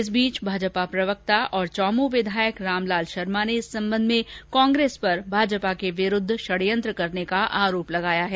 इस बीच भाजपा प्रवक्ता और चौमू विधायक रामलाल शर्मा ने इस सम्बन्ध में कांग्रेस पर भाजपा के विरुद्ध षड़यंत्र का आरोप लगाया है